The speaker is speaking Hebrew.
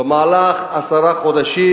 במהלך עשרה חודשים